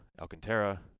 Alcantara